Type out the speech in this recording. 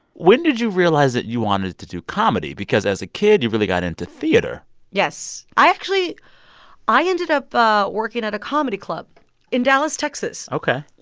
when did you realize that you wanted to do comedy? because as a kid, you really got into theater yes. i actually i ended up ah working at a comedy club in dallas, texas. ok.